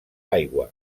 aigua